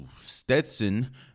Stetson